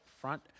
front